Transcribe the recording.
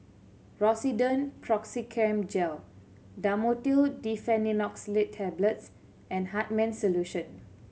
Rosiden Piroxicam Gel Dhamotil Diphenoxylate Tablets and Hartman's Solution